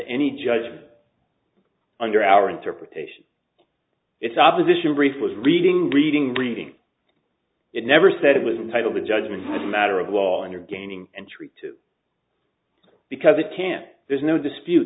any judge but under our interpretation its opposition brief was reading reading reading it never said it was a title the judgement didn't matter of wallander gaining entry to because it can't there's no dispute